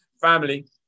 family